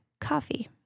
coffee